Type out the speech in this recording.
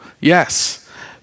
Yes